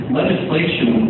legislation